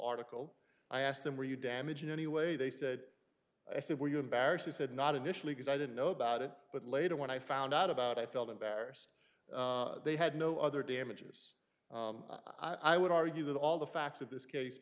article i asked them are you damage in any way they said i said were you embarrassed he said not initially because i didn't know about it but later when i found out about i felt embarrassed they had no other damages i would argue that all the facts of this case